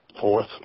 fourth